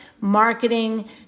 marketing